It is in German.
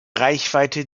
reichweite